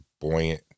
buoyant